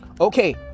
Okay